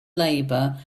labor